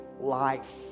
life